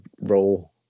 role